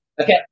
Okay